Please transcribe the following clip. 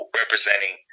representing